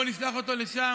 בואו נשלח אותו לשם,